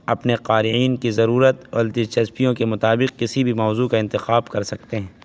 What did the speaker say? اپنے قارئین کی ضرورت اور دلچسپیوں کے مطابق کسی بھی موضوع کا انتخاب کر سکتے ہیں